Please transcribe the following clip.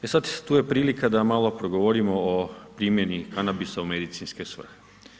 E sada tu je prilika da malo progovorio o primjeni kanabisa u medicinske svrhe.